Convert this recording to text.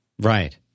Right